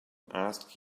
asked